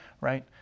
right